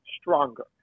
stronger